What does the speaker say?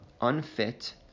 unfit